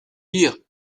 dire